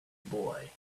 boy